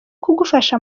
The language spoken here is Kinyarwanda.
kugufasha